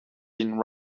been